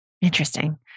Interesting